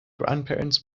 grandparents